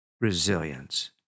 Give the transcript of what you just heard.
Resilience